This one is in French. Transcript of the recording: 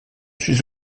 suis